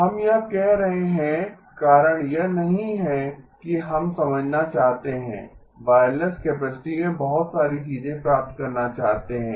हम यह कर रहे हैं कारण यह नहीं है कि हम समझना चाहते हैं वायरलेस कैपेसिटी में बहुत सारी चीजें प्राप्त करना चाहते हैं